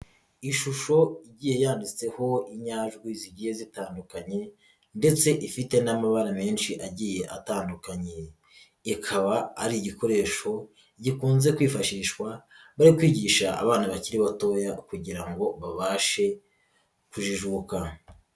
Ishusho igiye yanditseho inyajwi zigiye zitandukanye ndetse ifite n'amabara menshi agiye atandukanye, ikaba ari igikoresho gikunze kwifashishwa bari kwigisha abana bakiri batoya kugira ngo babashe kujijuka.